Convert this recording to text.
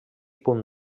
punt